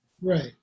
Right